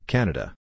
Canada